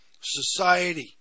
society